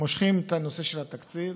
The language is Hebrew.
מושכים את הנושא של התקציב